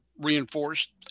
reinforced